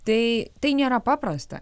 tai tai nėra paprasta